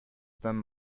them